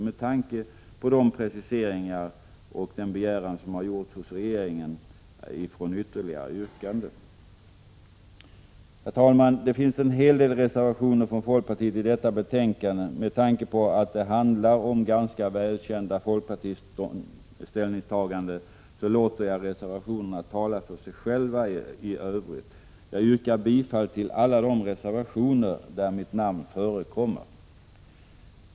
Med tanke på de preciseringar och den begäran som gjorts hos regeringen avstår vi för dagen från ytterligare yrkanden. Herr talman! Det finns en hel del reservationer från folkpartiet i detta betänkande. Med tanke på att det handlar om ganska välkända folkpartistiska ställningstaganden låter jag i övrigt reservationerna tala för sig själva. Jag yrkar bifall till alla de reservationer där mitt namn förekommer.